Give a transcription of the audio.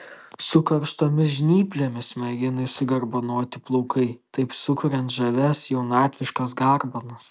su karštomis žnyplėmis merginai sugarbanoti plaukai taip sukuriant žavias jaunatviškas garbanas